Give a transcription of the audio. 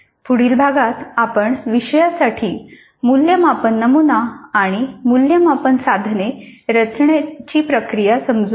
पुढील भागात आपण विषयासाठी मूल्यमापन नमुना आणि मूल्यमापन साधने रचण्याची प्रक्रिया समजून घेऊ